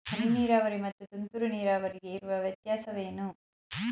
ಹನಿ ನೀರಾವರಿ ಮತ್ತು ತುಂತುರು ನೀರಾವರಿಗೆ ಇರುವ ವ್ಯತ್ಯಾಸವೇನು?